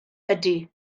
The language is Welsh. ydy